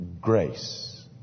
Grace